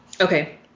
Okay